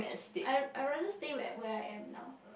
I I rather stay at where I am now